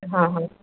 ହଁ ହଁ